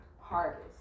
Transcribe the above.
harvest